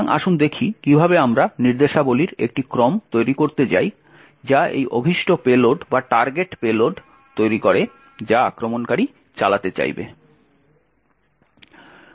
সুতরাং আসুন দেখি কিভাবে আমরা নির্দেশাবলীর একটি ক্রম তৈরি করতে যাই যা এই অভীষ্ট পেলোড তৈরি করে যা আক্রমণকারী চালাতে চাইবে